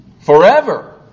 forever